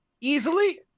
easily